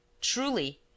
truly